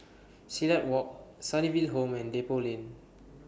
Silat Walk Sunnyville Home and Depot Lane